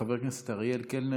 של חבר הכנסת אריאל קלנר,